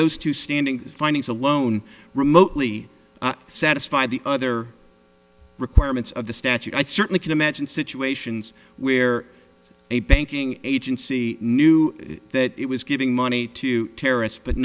those two standing findings alone remotely satisfy the other requirements of the statute i certainly can imagine situations where a banking agency knew that it was giving money to terrorists but